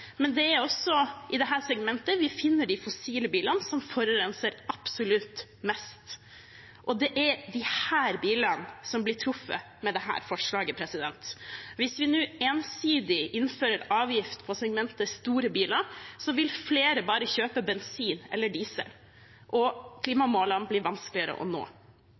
vi finner de fossile bilene som forurenser absolutt mest. Og det er disse bilene som blir truffet med dette forslaget. Hvis vi nå ensidig innfører avgift på segmentet store biler, vil flere bare kjøpe bensin- eller dieselbiler, og klimamålene blir vanskeligere å nå.